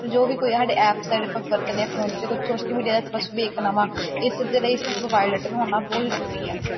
ਜੋ ਵੀ ਕੋਈ ਹੈ ਸਾਡੇ ਐਪਸ ਸਾਡੇ ਆਪਾਂ ਵਰਤਦੇ ਹੈ ਫੋਨ ਵਿੱਚ ਕੁਛ ਸੋਸ਼ਲ ਮੀਡੀਆ ਦੇ ਉੱਤੇ ਬਸ ਵੇਖਣਾ ਵਾ ਇਸ ਦੇ ਲਈ ਮੋਬਾਇਲ ਡਾਟਾ ਦਾ ਹੋਣਾ ਬਹੁਤ ਜ਼ਰੂਰੀ ਹੈ